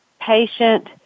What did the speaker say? patient